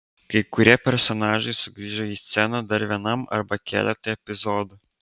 kai kurie personažai sugrįžo į sceną dar vienam arba keletui epizodų